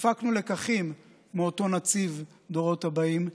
לקחים מאותו נציב דורות הבאים,